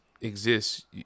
exists